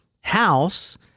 house